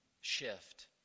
shift